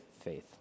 faith